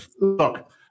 look